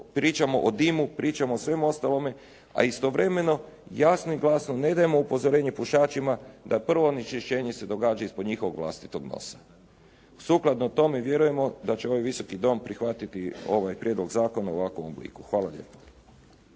pričamo o dimu, pričamo o svemu ostalome, a istovremeno jasno i glasno ne dajemo upozorenje pušačima da prvo onečišćenje se događa ispod njihovog vlastitog nosa. Sukladno tome vjerujemo da će ovaj Visoki dom prihvatiti ovaj prijedlog zakona u ovakvom obliku. Hvala lijepo.